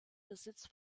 besitz